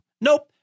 Nope